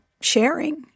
sharing